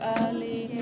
early